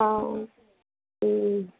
অঁ